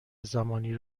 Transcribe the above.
زمانی